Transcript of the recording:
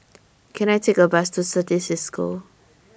Can I Take A Bus to Certis CISCO